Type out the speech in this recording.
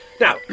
Now